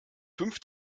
fünf